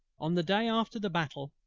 on the day after the battle,